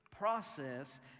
process